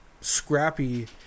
scrappy